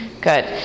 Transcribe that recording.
Good